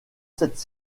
cette